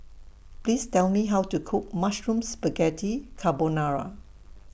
Please Tell Me How to Cook Mushroom Spaghetti Carbonara